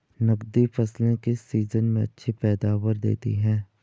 नकदी फसलें किस सीजन में अच्छी पैदावार देतीं हैं?